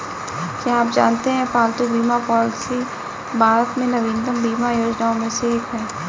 क्या आप जानते है पालतू बीमा पॉलिसी भारत में नवीनतम बीमा योजनाओं में से एक है?